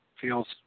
feels